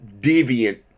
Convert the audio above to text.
deviant